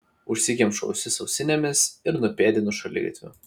užsikemšu ausis ausinėmis ir nupėdinu šaligatviu